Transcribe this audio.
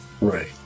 Right